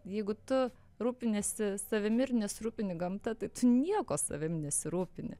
jeigu tu rūpiniesi savimi ir nesirūpini gamta tai tu nieko savim nesirūpini